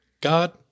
God